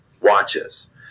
watches